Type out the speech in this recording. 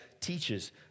teaches